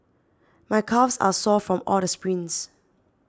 my calves are sore from all the sprints